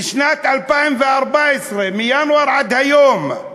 בשנת 2014, מינואר עד היום,